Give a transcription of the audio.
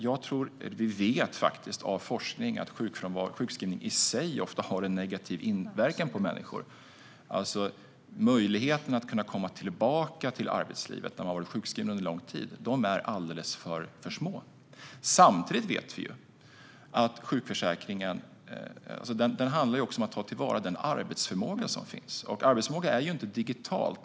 Jag tror, och vi vet faktiskt av forskning, att sjukskrivning i sig ofta har en negativ inverkan på människor. Möjligheten att komma tillbaka till arbetslivet när man har varit sjukskriven under lång tid är alldeles för liten. Samtidigt vet vi att sjukförsäkringen också handlar om att ta till vara den arbetsförmåga som finns, och arbetsförmågan är inte digital.